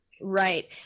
Right